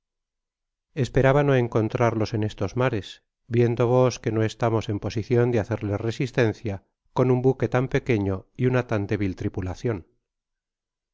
esperaba no encontrarlos en estos mares viendo vos que no estamos en posicion de hacerles resistencia con un buque tan pequeño y una tan débil tripulacion